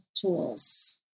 tools